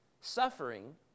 suffering